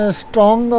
strong